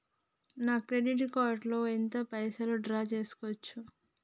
నా credit card లో ఎంత పైసల్ డ్రా చేయచ్చు?